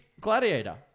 Gladiator